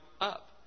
up